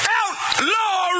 outlaw